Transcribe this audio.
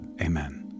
Amen